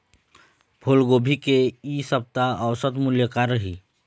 फूलगोभी के इ सप्ता औसत मूल्य का रही?